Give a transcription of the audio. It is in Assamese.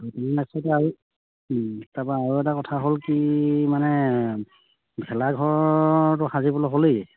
আৰু তাৰপৰা আৰু এটা কথা হ'ল কি মানে ভেলাঘৰটো সাজিবলৈ হ'লেই